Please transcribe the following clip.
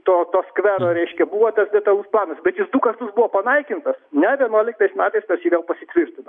to to skvero reiškia buvo tas detalus planas bet jau dukart buvo panaikintas ne vienuoliktais metais tas jį vėl pasitvirtino